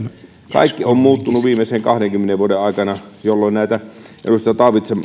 kaikki on muuttunut viimeisen kahdenkymmenen vuoden aikana jolloin näitä edustaja